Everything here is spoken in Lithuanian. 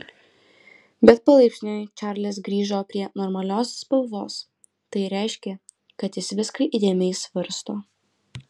bet palaipsniui čarlis grįžo prie normalios spalvos tai reiškė kad jis viską įdėmiai svarsto